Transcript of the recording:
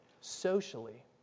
socially